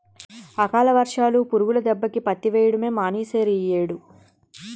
అకాల వర్షాలు, పురుగుల దెబ్బకి పత్తి వెయ్యడమే మానీసేరియ్యేడు